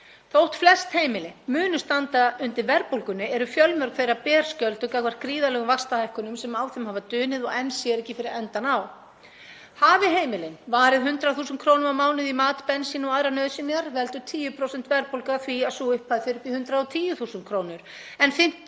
Þótt flest heimili muni standa undir verðbólgunni eru fjölmörg þeirra berskjölduð gagnvart gríðarlegum vaxtahækkunum sem á þeim hafa dunið og enn sér ekki fyrir endann á. Hafi heimilin varið 100.000 kr. á mánuði í mat, bensín og aðrar nauðsynjar veldur 10% verðbólga því að sú upphæð fer upp í 110.000 kr., en 550.000 hafi